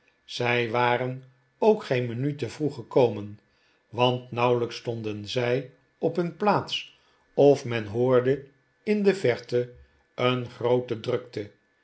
zij waren ook geen minuut te vroeg gekomen want nauwelijks stonden zij op nun plaats of men hoorde in de verte een groote drukte